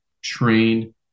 Train